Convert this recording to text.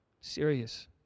Serious